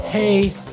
Hey